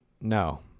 no